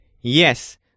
Yes